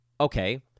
Okay